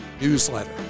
newsletter